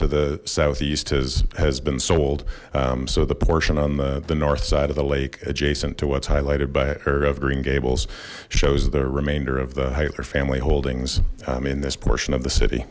to the southeast has has been sold so the portion on the north side of the lake adjacent to what's highlighted by area of green gables shows the remainder of the hilar family holdings in this portion of the city